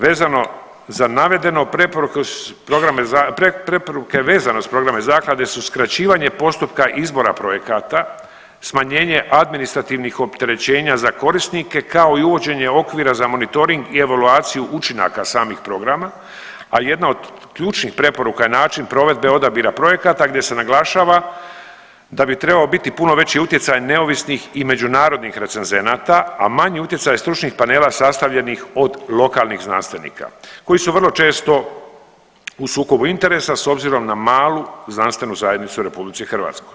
Vezano za navedeno preporuke vezano uz programe zaklade su skraćivanje postupka izbora projekata, smanjenje administrativnih opterećenja za korisnike, kao i uvođenje okvira za monitoring i evaluaciju učinaka samih programa, ali jedna od ključnih preporuka je način provedbe odabira projekata gdje se naglašava da bi trebao biti puno veći utjecaj neovisnih i međunarodnih recenzenata, a manji utjecaj stručnih panela sastavljenih od lokalnih znanstvenika koji su vrlo često u sukobu interesa s obzirom na malu znanstvenu zajednicu u RH.